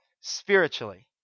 spiritually